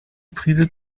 prise